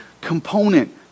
component